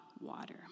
water